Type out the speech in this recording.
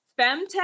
femtech